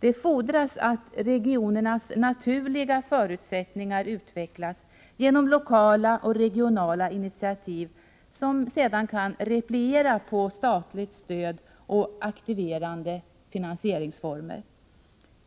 Det fordras att regionernas naturliga förutsättningar utvecklas genom lokala och regionala initiativ, som sedan kan repliera på statligt stöd och aktiverande finansieringsformer.